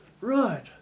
Right